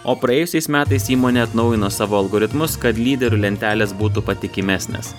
o praėjusiais metais įmonė atnaujino savo algoritmus kad lyderių lentelės būtų patikimesnės